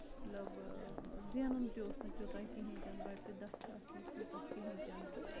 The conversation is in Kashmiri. مطلب زینُن تہِ اوس نہٕ تیوٗتاہ کِہیٖںۍ تہِ نہٕ رۄپیہِ دہ آسہٕ نہٕ تِژھ کِہینۍ تہِ نہٕ تہٕ